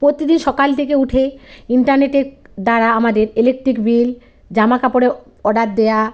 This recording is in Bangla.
প্রতিদিন সকাল থেকে উঠে ইন্টারনেটে ক্ দ্বারা আমাদের ইলেকট্রিক বিল জামা কাপড়ে অর্ডার দেওয়া